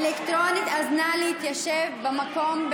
אז נא להתיישב במקום.